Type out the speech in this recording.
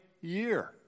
year